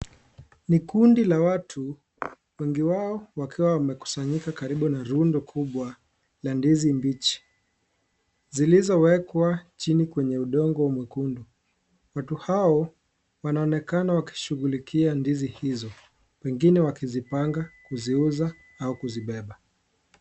Ni kundi la watu wengi wao wakiwa wamekusanyika karibu na rundo kubwa la ndizi mbichi. Zilizowekwa chini kwenye udongo mkubwa. Watu hawo wanaonekana wakishughulika ndizi hizo. Pengine wakipanga kuziuza au kuzipanga.